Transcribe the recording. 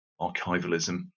archivalism